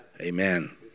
Amen